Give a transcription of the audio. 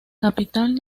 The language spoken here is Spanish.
capital